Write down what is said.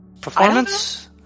Performance